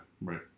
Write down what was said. right